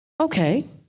Okay